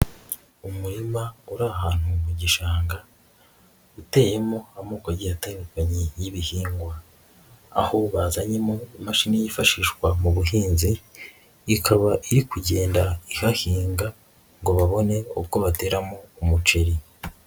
Umurima uri ahantu mu gishanga, uteyemo amoko agiye atandukanye y'ibihingwa, aho bazanyemo imashini yifashishwa mu buhinzi, ikaba iri kugenda ihahinga ngo babone uko bateramo umuceri.